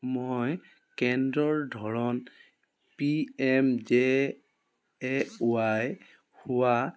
মই কেন্দ্ৰৰ ধৰণ P M J A Y হোৱা